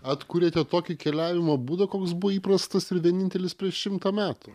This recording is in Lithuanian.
atkūrėte tokį keliavimo būdą koks buvo įprastas ir vienintelis prieš šimtą metų